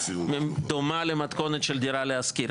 דומה למתכונת של דירה להשכיר.